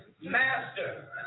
Master